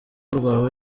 rwawe